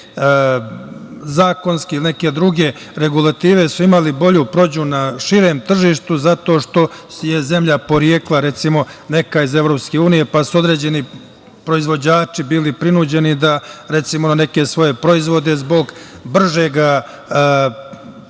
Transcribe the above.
te zakonske ili neke druge regulative su imali bolju prođu na širem tržištu, zato što je zemlja porekla, recimo, neka iz EU, pa su određeni proizvođači bili prinuđeni da na neke svoje proizvode, zbog bržeg, lakšeg,